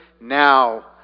now